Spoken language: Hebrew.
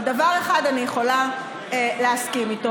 אבל דבר אחד אני יכולה להסכים איתו,